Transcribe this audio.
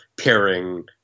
pairing